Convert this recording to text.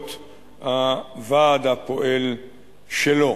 באמצעות הוועד הפועל שלו.